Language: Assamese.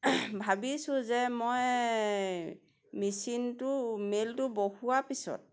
ভাবিছোঁ যে মই মিচিনটো মেলটো বহোৱাৰ পিছত